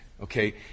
Okay